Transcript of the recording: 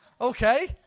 okay